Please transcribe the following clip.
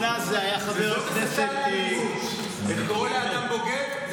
זו הסתה לאלימות, לקרוא לאדם בוגד.